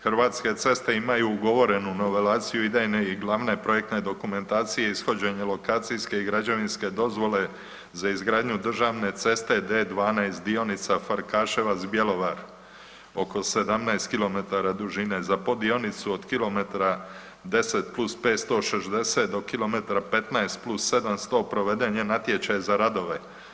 Hrvatske ceste imaju ugovorenu novelaciju idejne i glavne projektne dokumentacije ishođenje lokacijske i građevinske dozvole za izgradnju državne ceste D12 dionica Farkaševac-Bjelovar oko 17km dužine, za poddionicu od kilometra 10+560 do kilometra 15+700 proveden je natječaj za radove.